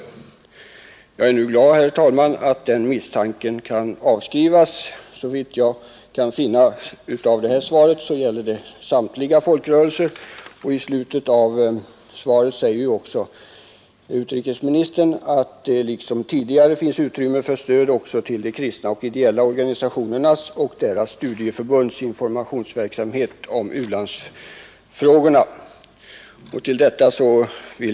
Jag är nu glad för att den misstanken kan avskrivas. Såvitt jag kan finna av svaret gäller anslaget för SIDA:s informationsverksamhet samtliga folkrörelser. I slutet av svaret säger också utrikesministern, att det liksom tidigare kommer att finnas ”utrymme för stöd också till de kristna och ideella organisationernas och deras studieförbunds informationsverksamhet om u-landsfrågorna”.